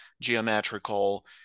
geometrical